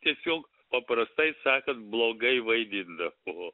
tiesiog paprastai sakant blogai vaidindavo